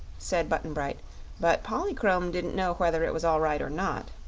said button-bright but polychrome didn't know whether it was all right or not.